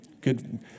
Good